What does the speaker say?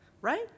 Right